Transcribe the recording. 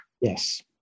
Yes